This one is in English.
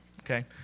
Okay